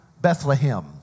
Bethlehem